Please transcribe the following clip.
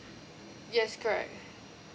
yes correct